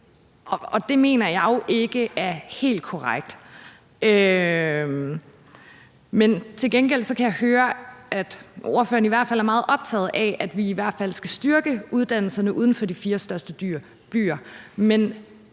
Og det mener jeg jo ikke er helt korrekt. Til gengæld kan jeg høre, at ordføreren i hvert fald er meget optaget af, at vi skal styrke uddannelserne uden for de fire største byer.